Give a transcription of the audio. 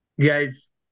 guys